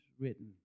written